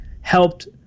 helped